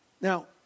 Now